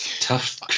Tough